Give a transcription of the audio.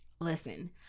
Listen